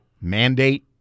mandate